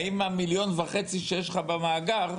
האם המיליון וחצי שיש לך במאגר,